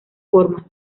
formas